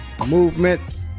Movement